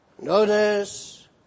Notice